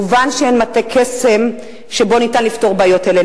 מובן שאין מטה קסם שבו ניתן לפתור בעיות אלה,